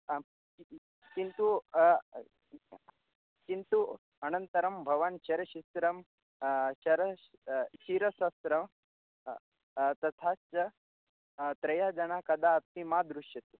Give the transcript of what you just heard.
आं किन्तु किन्तु किन्तु अनन्तरं भवान् शिरस्त्रं चर् शिरस्त्रं तथा च त्रयः जनाः कदापि मा दृश्यन्तु